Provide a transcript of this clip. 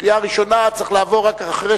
שקריאה ראשונה צריכה לעבור רק אחרי